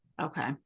Okay